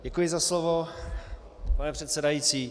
Děkuji za slovo, pane předsedající.